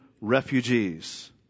refugees